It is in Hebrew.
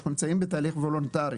אנחנו נמצאים בתהליך וולונטרי